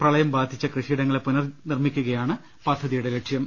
പ്രളയം ബാധിച്ച കൃഷിയിടങ്ങളെ പുനർനിർമ്മിക്കുകയാണ് പദ്ധതിയുടെ ലക്ഷ്യം